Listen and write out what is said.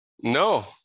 No